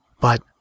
But